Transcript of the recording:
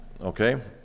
Okay